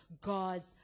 God's